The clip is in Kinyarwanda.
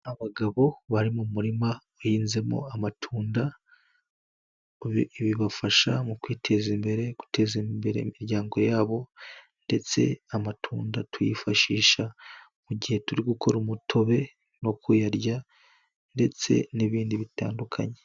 Abagabo bari mu murima uhinzemo amatunda ibi bibafasha mu kwiteza imbere guteza imbere imiryango yabo ndetse amatunda tuyifashisha mu gihe turi gukora umutobe no kuyarya ndetse n'ibindi bitandukanye.